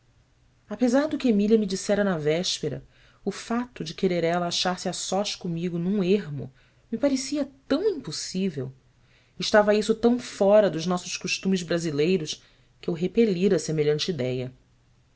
apesar do que emília me dissera na véspera o fato de querer ela achar-se a sós comigo num ermo me parecia tão impossível estava isso tão fora dos nossos costumes brasileiros que eu repelira semelhante idéia